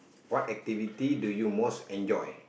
what activity do you most enjoy